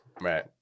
Right